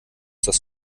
das